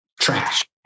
trash